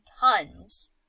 tons